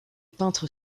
peintre